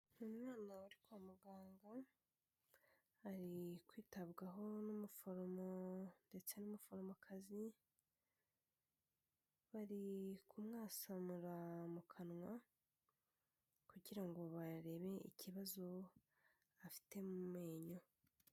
Umwana wari kwa muganga ari kwitabwaho n'umuforomo ndetse n'umuforomokazi bari kumwashamura mu kanwa kugira ngo barebe ikibazo afite mu menyo.